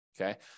Okay